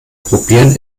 probieren